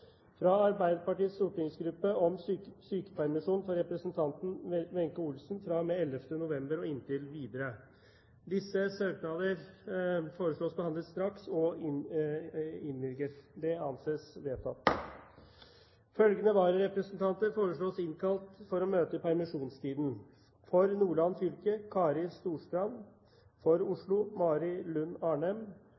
fra Arbeiderpartiets stortingsgruppe om sykepermisjon for representanten Wenche Olsen fra og med 11. november og inntil videre Etter forslag fra presidenten ble enstemmig besluttet: Søknadene behandles straks og innvilges. Følgende vararepresentanter innkalles for å møte i permisjonstiden: For Nordland fylke: Kari Storstrand For